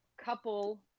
couple